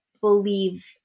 believe